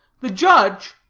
the judge,